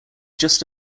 just